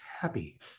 happy